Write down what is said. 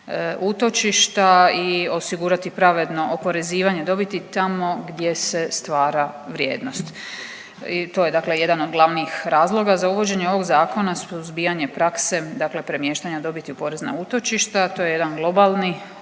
utočišta i osigurati pravedno oporezivanje dobiti tamo gdje se stvara vrijednost. I to je dakle jedan od glavnih razloga za uvođenje ovog zakona suzbijanje prakse dakle premještanja dobiti u porezna utočišta. To je jedan globalni